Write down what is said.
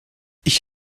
ich